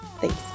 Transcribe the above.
Thanks